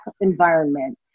environment